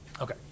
Okay